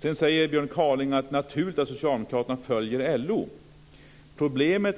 Björn Kaaling säger att det är naturligt att Socialdemokraterna följer LO men